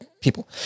People